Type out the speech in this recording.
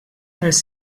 els